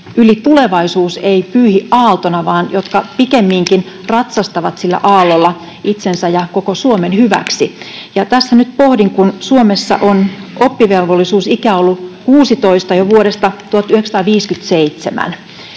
yli tulevaisuus ei pyyhi aaltona vaan jotka pikemminkin ratsastavat sillä aallolla itsensä ja koko Suomen hyväksi. Tässä nyt pohdin, että Suomessa on oppivelvollisuusikä ollut 16 jo vuodesta 1957